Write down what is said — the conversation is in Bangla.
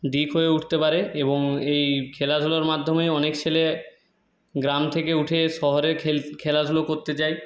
দিক হয়ে উঠতে পারে এবং এই খেলাধুলোর মাধ্যমেই অনেক ছেলে গ্রাম থেকে উঠে শহরে খেল খেলাধুলো করতে যায়